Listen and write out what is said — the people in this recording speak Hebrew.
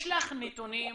יש לך נתונים